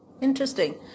interesting